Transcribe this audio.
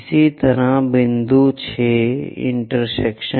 इसी तरह इस बिंदु से 6 इंटरसेक्शन